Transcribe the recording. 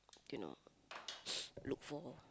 cannot look for